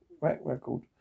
record